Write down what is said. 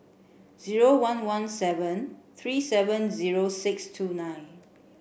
zero one one seven three seven zero six two nine